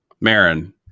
marin